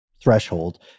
threshold